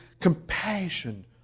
compassion